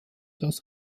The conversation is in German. das